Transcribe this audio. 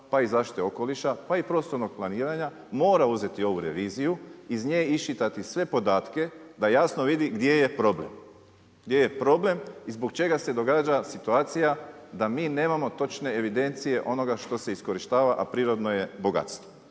pa i zaštite okoliša, pa i prostornog planiranja mora uzeti ovu reviziju, iz nje iščitati sve podatke da jasno vidi gdje je problem i zbog čega se događa situacija da mi nemamo točne evidencije onoga što se iskorištava, a prirodno je bogatstvo.